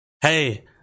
Hey